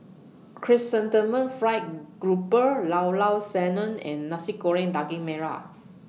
Chrysanthemum Fried Grouper Llao Llao Sanum and Nasi Goreng Daging Merah